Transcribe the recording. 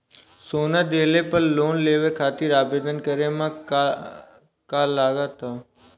सोना दिहले पर लोन लेवे खातिर आवेदन करे म का का लगा तऽ?